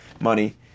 money